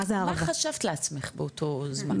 מה חשבת לעצמך באותו זמן?